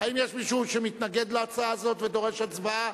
האם יש מישהו שמתנגד להצעה הזאת ודורש הצבעה?